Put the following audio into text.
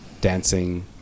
dancing